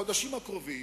בחודשים הקרובים,